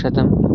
शतं